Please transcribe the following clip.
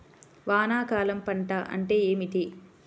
వానాకాలం పంట అంటే ఏమిటి?